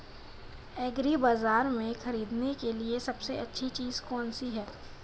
एग्रीबाज़ार पर खरीदने के लिए सबसे अच्छी चीज़ कौनसी है?